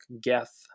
Geth